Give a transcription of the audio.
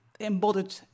embodied